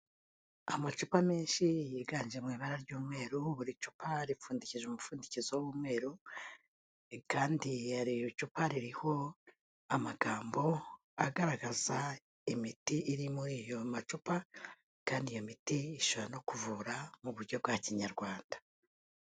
Amacupa menshi yiganje mu ibara ry'umweru, buri cupa ripfundikije umupfundikizo w'umweru, kandi buri cupa ririho amagambo agaragaza imiti iri muri ayo macupa kandi iyo miti ishabora no kuvura mu buryo bwa kinyarwanda.